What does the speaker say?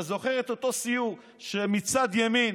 אתה זוכר את אותו סיור שמצד ימין